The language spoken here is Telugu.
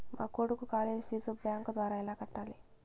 మా కొడుకు కాలేజీ ఫీజు బ్యాంకు ద్వారా ఎలా కట్టాలి?